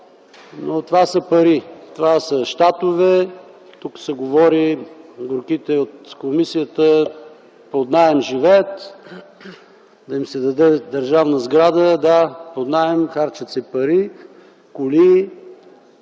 но това са пари, това са щатове. Тук се говори – горките от комисията живеят под наем, да им се даде държавна сграда. Да, под наем, харчат се пари, коли,